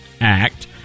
Act